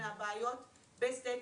חברים.